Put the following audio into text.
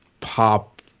pop